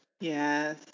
Yes